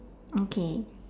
okay